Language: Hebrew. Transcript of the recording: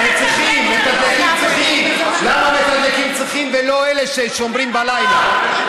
למה מתדלקים צריכים ולא אלה ששומרים בלילה?